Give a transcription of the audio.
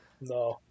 No